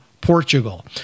Portugal